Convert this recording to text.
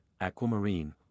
aquamarine